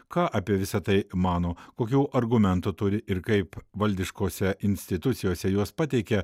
ką apie visa tai mano kokių argumentų turi ir kaip valdiškose institucijose juos pateikia